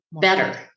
better